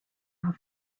are